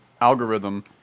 algorithm